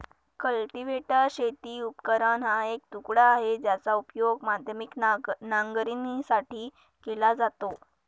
cultivator शेती उपकरण हा एक तुकडा आहे, ज्याचा उपयोग माध्यमिक नांगरणीसाठी केला जातो